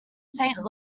saint